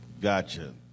Gotcha